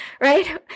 right